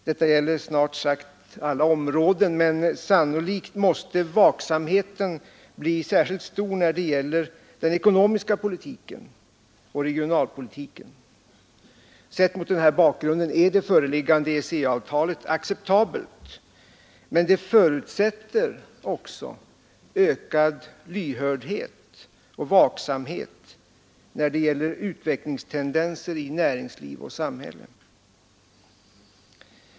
Detta gäller snart sagt alla områden, men sannolikt måste vaksamheten bli särskilt stor när det gäller den ekonomiska politiken och regionalpolitiken. Sett mot den bakgrunden är det föreliggande EEC-avtalet acceptabelt, men det förutsätter ökad lyhördhet och vaksamhet när det gäller utvecklingstendenser i näringsliv och samhälle.